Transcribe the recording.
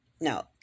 no